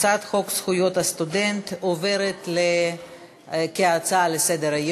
שהצעת חוק זכויות הסטודנט (תיקון, קורס דיאלוג